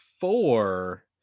four